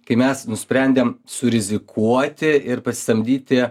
kai mes nusprendėm surizikuoti ir pasisamdyti